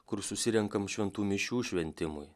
kur susirenkam šventų mišių šventimui